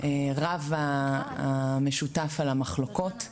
רב המשותף על המחלוקות,